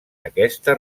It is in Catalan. aquesta